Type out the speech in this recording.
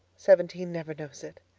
seventeen never knows it.